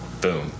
boom